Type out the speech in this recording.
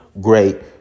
great